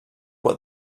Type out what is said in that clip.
what